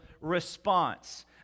response